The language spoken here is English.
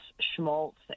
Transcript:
schmaltz